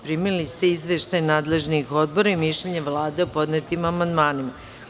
Primili ste izveštaje nadležnih odbora i mišljenje Vlade o podnetim amandmanima.